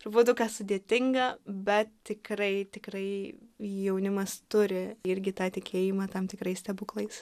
truputuką sudėtinga bet tikrai tikrai jaunimas turi irgi tą tikėjimą tam tikrais stebuklais